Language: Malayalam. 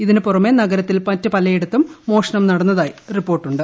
ഇതിന് പുറമേ നഗരത്തിൽ മറ്റ് പലയിടത്തും മോഷണം നടന്നതായി റിപ്പോർട്ടുണ്ട്